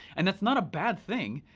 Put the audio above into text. and that's not a bad thing.